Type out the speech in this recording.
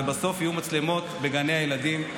ובסוף יהיו מצלמות בגני הילדים,